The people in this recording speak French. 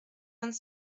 vingt